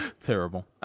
terrible